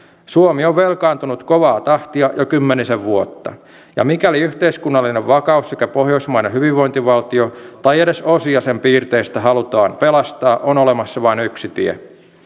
suomi on velkaantunut kovaa tahtia jo kymmenisen vuotta ja mikäli yhteiskunnallinen vakaus sekä pohjoismainen hyvinvointivaltio tai edes osia sen piirteistä halutaan pelastaa on olemassa vain yksi tie